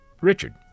Richard